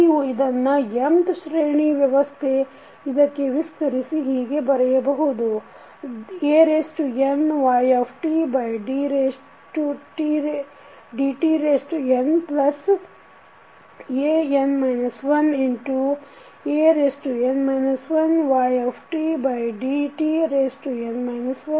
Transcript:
ನೀವು ಇದನ್ನು nth ಶ್ರೇಣಿ ವ್ಯವಸ್ಥೆ ಇದಕ್ಕೆ ವಿಸ್ತರಿಸಿ ಹೀಗೆ ಬರೆಯಬಹುದು dnydtnan 1dn 1ydtn 1